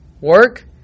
work